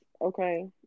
okay